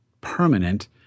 permanent